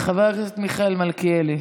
חבר הכנסת מיכאל מלכיאלי,